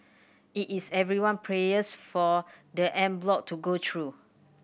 it is everyone prayers for the en bloc to go through